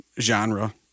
genre